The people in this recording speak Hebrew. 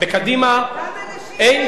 בקדימה, כמה נשים יש בשביעייה של ראש הממשלה?